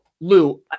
Lou